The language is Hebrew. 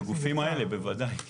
לגופים האלה, בוודאי.